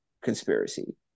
conspiracy